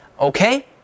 okay